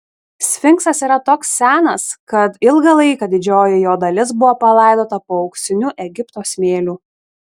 sfinksas yra toks senas kad ilgą laiką didžioji jo dalis buvo palaidota po auksiniu egipto smėliu